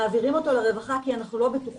ומעבירים אותו לרווחה כי אנחנו לא בטוחים,